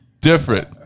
Different